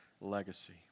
legacy